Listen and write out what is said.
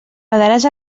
badaràs